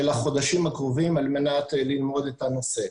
החודשים הקרובים על מנת ללמוד את הנושא.